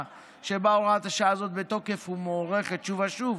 שבהן הוראת השעה הזאת בתוקף ומוארכת שוב שוב,